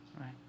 right